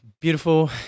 beautiful